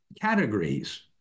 categories